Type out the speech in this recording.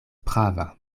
prava